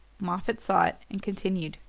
moffatt saw it and continued.